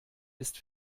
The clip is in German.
ist